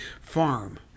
farm